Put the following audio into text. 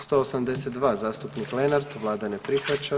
182, zastupnik Lenart, Vlada ne prihvaća.